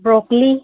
broccoli